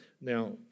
Now